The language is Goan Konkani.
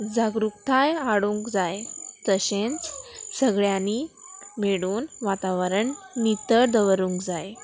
जागृकताय हाडूंक जाय तशेंच सगळ्यांनी मेळून वातावरण नितळ दवरूंक जाय